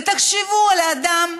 ותחשבו על האדם,